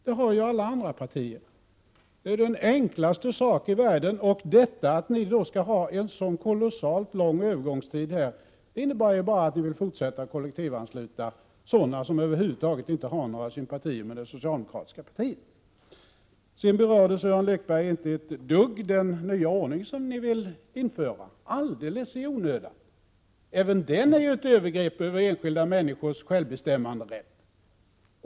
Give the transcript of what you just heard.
Det har ju alla andra partier. Det är den enklaste sak i världen. Det förhållandet att ni skall ha en så kolossalt lång övergångstid innebär ju bara att ni vill fortsätta kollektivanslu ta sådana som över huvud taget inte har några sympatier med det Prot. 1987/88:31 socialdemokratiska partiet. 25 november 1987 Sören Lekberg berörde inte heller ett dugg den nya ordning som ni vill JZtoläama män införa — alldeles i onödan. Även den är ett övergrepp på enskilda människors självbestämmanderätt.